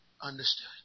understood